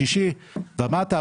שישי ומטה,